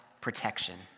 protection